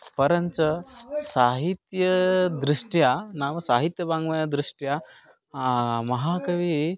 परञ्च साहित्यदृष्ट्या नाम साहित्यवाङ्मयदृष्ट्या महाकविः